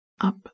up